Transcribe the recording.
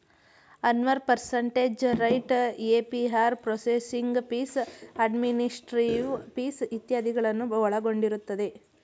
Anwar percentage rate, APR processing fees, administrative fees ಇತ್ಯಾದಿಗಳನ್ನು ಒಳಗೊಂಡಿರುತ್ತದೆ